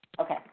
Okay